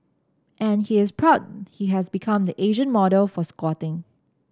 and he is proud he has become the Asian model for squatting